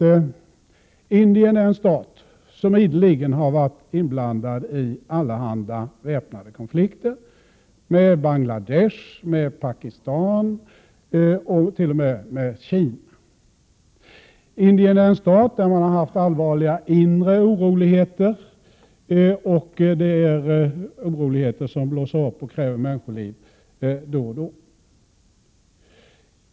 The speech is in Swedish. Indien är en stat som ideligen har varit inblandad i allehanda väpnade konflikter med Bangladesh, Pakistan och t.o.m. Kina. Indien är en stat där man haft allvarliga inre oroligheter — oroligheter som blossar upp då och då och kräver människoliv.